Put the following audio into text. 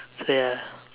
so ya